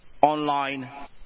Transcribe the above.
online